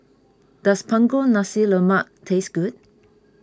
does Punggol Nasi Lemak taste good